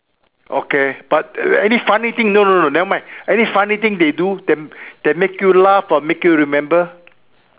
okay but any funny thing no no no never mind any funny thing they do that that make you laugh or make you remember